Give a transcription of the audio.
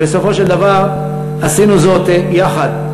ובסופו של דבר עשינו זאת יחד.